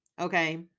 Okay